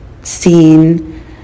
seen